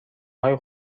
های